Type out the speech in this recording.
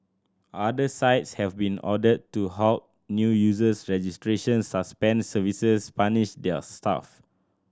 other sites have been ordered to halt new users registrations suspend services punish their staff